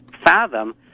fathom